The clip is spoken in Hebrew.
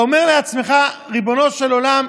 אתה אומר לעצמך: ריבונו של עולם,